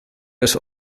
des